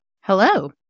Hello